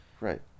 Right